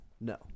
No